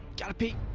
gotta pee!